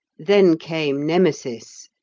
then came nemesis,